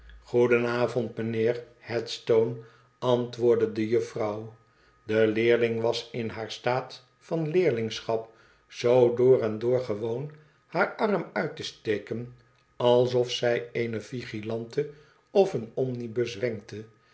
mijnheer headstone antwoordde de juffrouw de leerling was in haar staat van leerlingschap zoo door en door gewoon haar arm uit te steken alsof zij eene vigilante of een omnibus